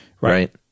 right